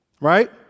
Right